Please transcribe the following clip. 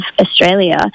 australia